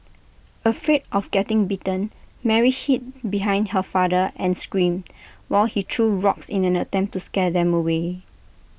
afraid of getting bitten Mary hid behind her father and screamed while he threw rocks in an attempt to scare them away